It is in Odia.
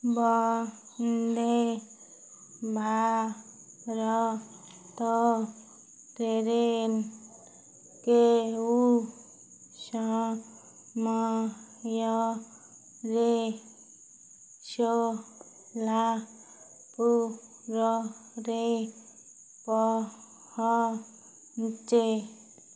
ବନ୍ଦେ ଭାରତ ଟ୍ରେନ କେଉଁ ସମୟରେ ସୋଲାପୁରରେ ପହଞ୍ଚେ